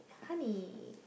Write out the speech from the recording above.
honey